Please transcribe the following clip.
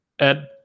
Ed